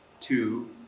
two